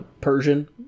Persian